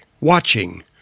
watching